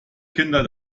kinder